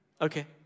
Okay